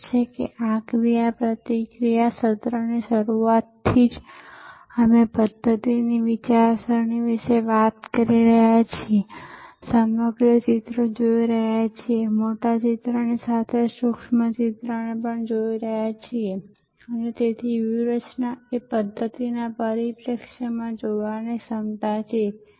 જો કે આ પ્રકારના સંપૂર્ણ ભૌતિકવધુ સગવડ સુવિધા વાળા મોટા ઇન્ફ્રાસ્ટ્રક્ચર પ્રકારના સેવા નેટવર્ક્સ હવે ઘણીવાર વિવિધ પ્રકારના માહિતી અને સંચાર ટેકનોલોજી નેટવર્ક્સ દ્વારા પૂરક બને છે